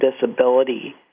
disability